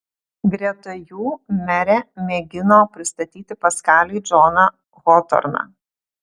greta jų merė mėgino pristatyti paskaliui džoną hotorną